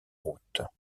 routes